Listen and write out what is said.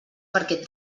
perquè